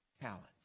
talents